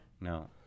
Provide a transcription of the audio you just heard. No